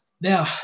Now